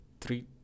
three